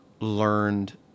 learned